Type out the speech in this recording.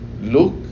look